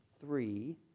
three